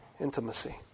intimacy